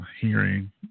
hearing